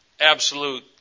absolute